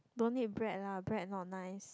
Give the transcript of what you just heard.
don't eat bread lah bread not nice